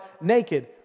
naked